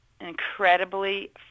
incredibly